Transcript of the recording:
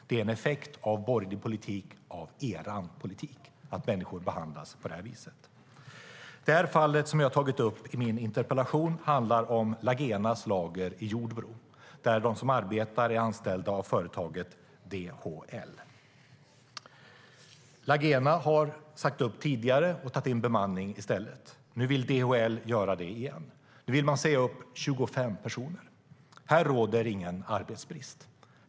Det är en effekt av borgerlig politik - av er politik - att människor behandlas på det här viset. Fallet som jag har tagit upp i min interpellation handlar om Lagenas lager i Jordbro. De som arbetar där är anställda av företaget DHL. Lagena har tidigare sagt upp och tagit in bemanning i stället. Nu vill DHL göra det igen. Man vill säga upp 25 personer. Här råder ingen arbetsbrist.